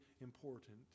important